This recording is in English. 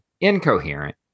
Incoherent